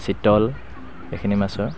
চিতল এইখিনি মাছৰ